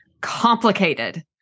complicated